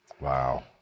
wow